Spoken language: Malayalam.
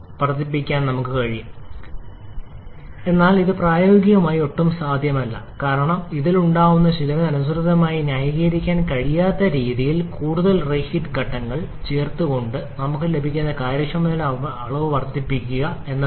സമീപിക്കാൻ ശ്രമിക്കുന്നുവെന്ന്എന്നാൽ ഇത് പ്രായോഗികമായി ഒട്ടും സാധ്യമല്ല കാരണം ഇതിലുണ്ടായ ചിലവിന് അനുസൃതമായി ന്യായീകരിക്കാൻ കഴിയാത്ത രണ്ടിൽ കൂടുതൽ റീഹീറ്റ് ഘട്ടങ്ങൾ ചേർത്തുകൊണ്ട് നമുക്ക് ലഭിക്കുന്ന കാര്യക്ഷമതയുടെ അളവ് വർദ്ധിപ്പിക്കുക